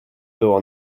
było